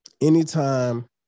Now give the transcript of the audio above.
Anytime